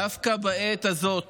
דווקא בעת הזאת